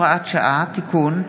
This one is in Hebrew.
הוראת שעה) (תיקון),